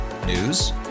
News